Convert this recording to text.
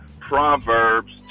Proverbs